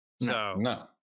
no